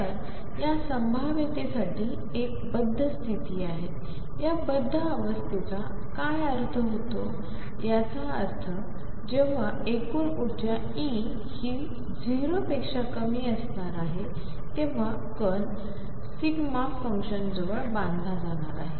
त र या संभाव्यतेसाठी एक बद्ध स्थिती आहे या बद्ध अवस्थेचा काय अर्थ होतो याचा अर्थ जेंव्हा एकूण ऊर्जा E हि 0 पेक्षा कमी असणार आहे तेव्हा कण फंक्शन जवळ बांधला जाणार आहे